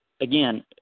again